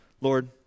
Lord